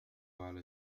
على